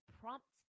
prompt